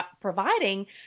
providing